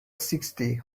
sixty